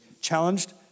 challenged